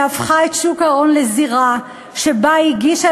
שהפכה את שוק ההון לזירה שבה היא הגישה